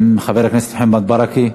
חבר הכנסת מוחמד ברכה,